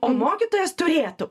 o mokytojas turėtų